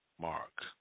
Mark